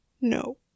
No